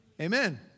Amen